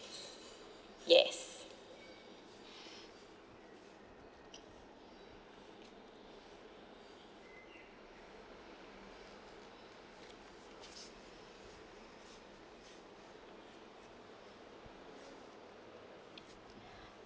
yes